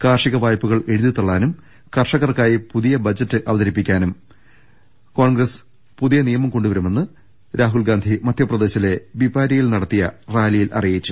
കാർഷിക വായ്പകൾ എഴുതിതള്ളാനും കർഷകർക്കായി പ്രത്യേക ബജറ്റ് അവതരിപ്പിക്കാനും കോൺഗ്രസ് പുതിയ നിയമം കൊണ്ടുവരുമെന്നും രാഹുൽഗാന്ധി മധ്യപ്രദേശിലെ പിപാര്യയിൽ നടത്തിയ റാലിയിൽ അറി യിച്ചു